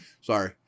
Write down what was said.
Sorry